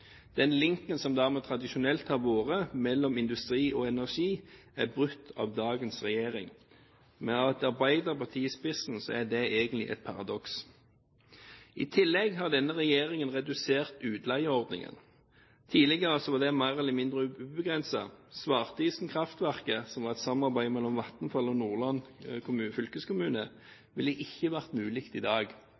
Den linken som dermed tradisjonelt har vært mellom industri og energi, er brutt av dagens regjering. Med et arbeiderparti i spissen er det egentlig et paradoks. I tillegg har denne regjeringen redusert utleieordningen. Tidligere var den mer eller mindre ubegrenset. Svartisen kraftverk, som var et samarbeid mellom Vattenfall og Nordland fylkeskommune, ville ikke vært mulig i dag.